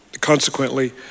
consequently